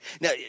Now